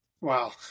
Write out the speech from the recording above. wow